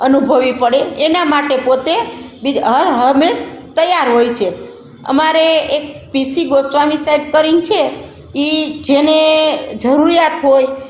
અનુભવવી પડે એના માટે પોતે હર હંમેશ તૈયાર હોય છે અમારે એક પીસી ગોસ્વામી સાહેબ કરીને છે એ જેને જરૂરિયાત હોય